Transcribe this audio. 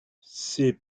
ses